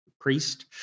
priest